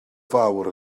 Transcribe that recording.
fawr